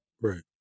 right